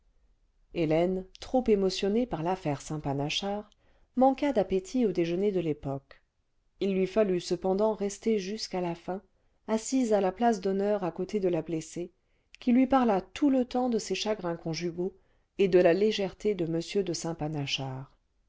hélène trop émotionnée par l'affaire saint panachard manqua d'appétit au déjeuner de yépoque il lui fallut cependant rester jusqu'à la fin assise à la place d'honneur à côté de la blessée qui lui parla tout le temps de ses chagrins conjugaux et cle la légèreté de m de